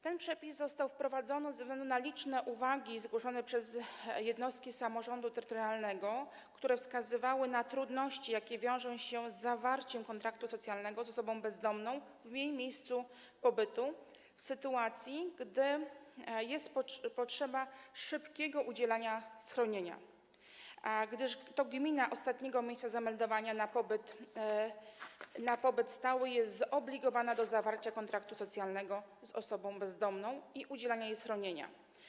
Ten przepis został wprowadzony ze względu na liczne uwagi zgłoszone przez jednostki samorządu terytorialnego, które wskazywały na trudności, jakie wiążą się z zawarciem kontraktu socjalnego z osobą bezdomną w jej miejscu pobytu, w sytuacji gdy jest potrzeba szybkiego udzielenia jej schronienia, gdyż to gmina ostatniego miejsca zameldowania na pobyt stały jest zobligowana do zawarcia kontraktu socjalnego z osobą bezdomną i udzielenia jej schronienia.